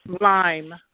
Lime